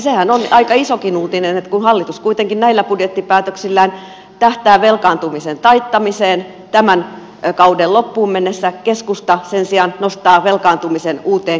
sehän on aika isokin uutinen että kun hallitus kuitenkin näillä budjettipäätöksillään tähtää velkaantumisen taittamiseen tämän kauden loppuun mennessä keskusta sen sijaan kääntää velkaantumisen uuteen nousuun